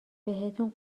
بهتون